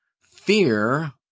Fear